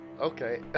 Okay